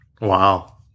Wow